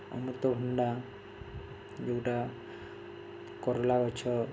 ଅମୃତଭଣ୍ଡା ଯେଉଁଟା କଲରା ଗଛ